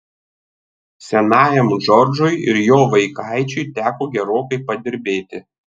senajam džordžui ir jo vaikaičiui teko gerokai padirbėti